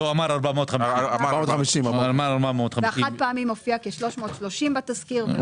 הוא אמר 450. הוא אמר 450. והחד-פעמי מופיע כ-330 בתזכיר ולא כ-300.